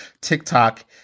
TikTok